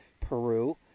Peru